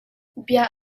bia